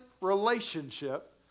relationship